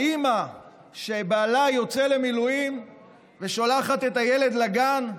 האימא שבעלה יוצא למילואים ושולחת את הילד לגן,